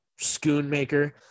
Schoonmaker